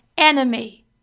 enemy